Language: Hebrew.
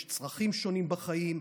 יש צרכים שונים בחיים,